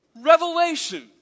Revelation